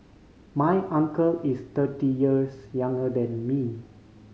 my uncle is thirty years younger than me